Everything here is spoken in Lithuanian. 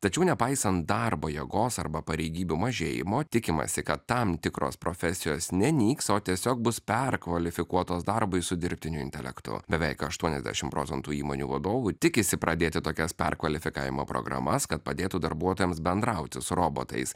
tačiau nepaisan darbo jėgos arba pareigybių mažėjimo tikimasi kad tam tikros profesijos ne nyks o tiesiog bus perkvalifikuotos darbui su dirbtiniu intelektu beveik aštuoniasdešim procentų įmonių vadovų tikisi pradėti tokias perkvalifikavimo programas kad padėtų darbuotojams bendrauti su robotais